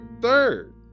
third